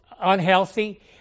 unhealthy